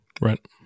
Right